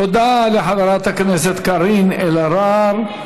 תודה רבה לחברת הכנסת קארין אלהרר.